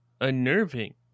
unnerving